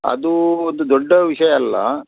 ಅದು ಒಂದು ದೊಡ್ಡ ವಿಷಯ ಅಲ್ಲ